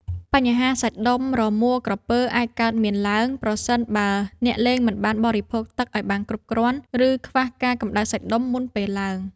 បញ្ហាសាច់ដុំរមួលក្រពើអាចកើតមានឡើង ប្រសិនបើអ្នកលេងមិនបានបរិភោគទឹកឱ្យបានគ្រប់គ្រាន់ ឬខ្វះការកម្ដៅសាច់ដុំមុនពេលឡើង។